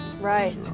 Right